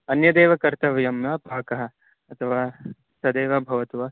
अन्यः एव कर्तव्यः वा पाकः अथवा तदेव भवतु वा